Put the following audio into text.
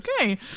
Okay